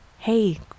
Hey